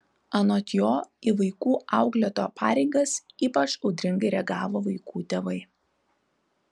anot jo į vaikų auklėtojo pareigas ypač audringai reagavo vaikų tėvai